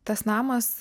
tas namas